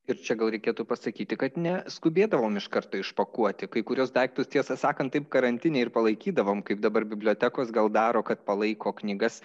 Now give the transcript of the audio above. ir čia gal reikėtų pasakyti kad neskubėdavome iš karto išpakuoti kai kuriuos daiktus tiesą sakant taip karantine ir palaikydavom kaip dabar bibliotekos gal daro kad palaiko knygas